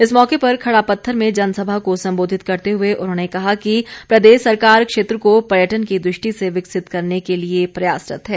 इस मौके पर खड़ा पत्थर में जनसभा को संबोधित करते हुए उन्होंने कहा कि प्रदेश सरकार क्षेत्र को पर्यटन की दृष्टि से विकसित करने के लिए प्रयासरत है